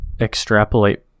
extrapolate